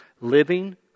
Living